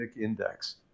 index